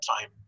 time